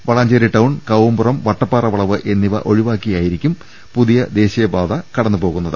Valanchery town Kavumpuram Vattappara വളവ് എന്നിവ ഒഴിവാക്കിയായിരിക്കും പുതിയ ദേശീയപാത കടന്നുപോവുക